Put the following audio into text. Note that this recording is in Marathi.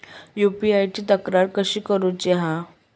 यू.पी.आय ची तक्रार कशी करुची हा?